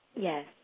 Yes